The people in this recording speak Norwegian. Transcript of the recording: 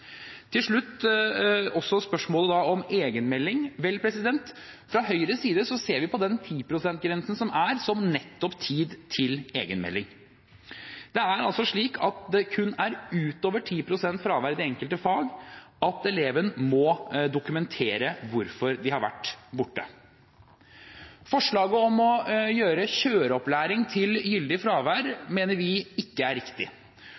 Til slutt spørsmålet om egenmelding: Fra Høyres side ser vi på 10 pst.-grensen som nettopp tid til egenmelding. Det er kun utover 10 pst. fravær i det enkelte fag at elevene må dokumentere hvorfor de har vært borte. Forslaget om å gjøre kjøreopplæring til gyldig fravær mener vi ikke er riktig